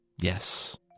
Yes